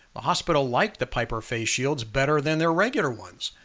ah hospital liked the piper face shields better than their regular ones.